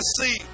see